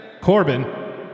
Corbin